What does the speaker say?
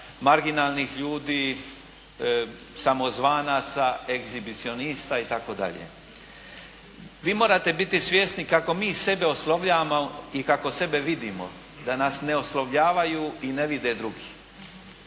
marginalnih ljudi, samozvanaca, egzibicionista itd. Vi morate biti svjesni kako mi sebe oslovljavamo i kako sebe vidimo. Da nas ne oslovljavaju i ne vide drugi.